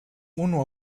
uno